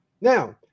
Now